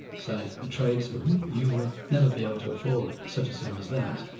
say, a tradesman, you would never be able to afford such a sum as that,